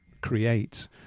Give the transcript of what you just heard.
create